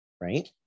right